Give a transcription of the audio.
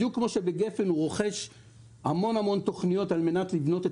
בדיוק כמו שבגפ"ן הוא רוכש המון המון תכניות על מנת לבנות את